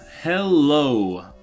Hello